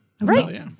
Right